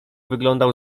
wyglądał